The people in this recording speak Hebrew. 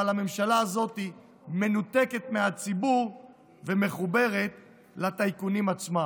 אבל הממשלה הזאת מנותקת מהציבור ומחוברת לטייקונים עצמם.